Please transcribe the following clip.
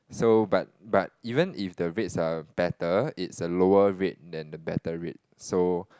so but but even if the rates are better it's a lower rate then the better rate so